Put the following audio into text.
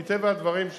מטבע הדברים,